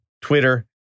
twitter